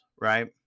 right